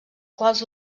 quals